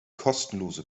kostenlose